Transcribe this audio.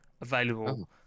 available